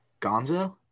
gonzo